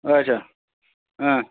اچھا